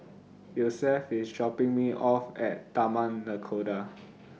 Yosef IS dropping Me off At Taman Nakhoda